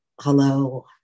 hello